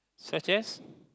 such as